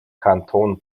kanton